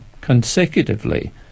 consecutively